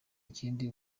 ikindi